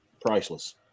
priceless